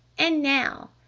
and now.